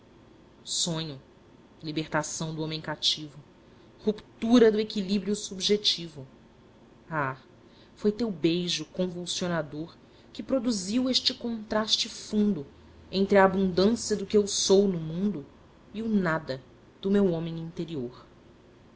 sonho libertação do homem cativo ruptura do equilíbrio subjetivo ah foi teu beijo convulsionador que produziu este contraste fundo entre a abundância do que eu sou no mundo e o nada do meu homem interior